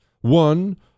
One